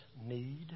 need